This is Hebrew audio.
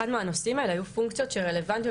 מהנושאים האלה היו פונקציות שרלוונטיות,